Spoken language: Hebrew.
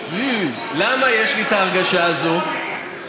למה יש לי את ההרגשה הזאת?